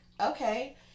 Okay